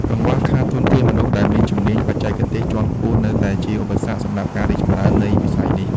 កង្វះខាតធនធានមនុស្សដែលមានជំនាញបច្ចេកទេសជាន់ខ្ពស់នៅតែជាឧបសគ្គសម្រាប់ការរីកចម្រើននៃវិស័យនេះ។